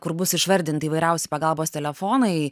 kur bus išvardinti įvairiausi pagalbos telefonai